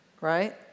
Right